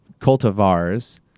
cultivars